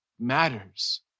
matters